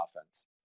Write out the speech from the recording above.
offense